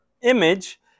image